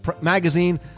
Magazine